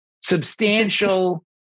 substantial